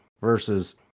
versus